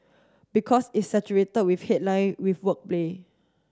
because it's saturated with headline with wordplay